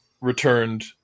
returned